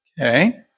okay